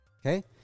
Okay